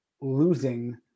losing